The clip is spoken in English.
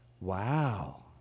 Wow